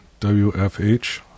WFH